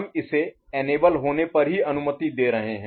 हम इसे इनेबल होने पर ही अनुमति दे रहे हैं